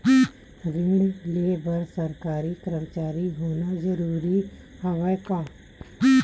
ऋण ले बर सरकारी कर्मचारी होना जरूरी हवय का?